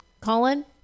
Colin